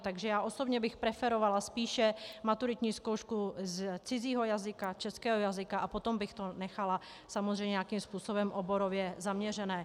Takže já osobně bych preferovala spíše maturitní zkoušku z cizího jazyka, českého jazyka a potom bych to nechala samozřejmě nějakým způsobem oborově zaměřené.